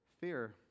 Fear